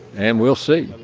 and we'll see.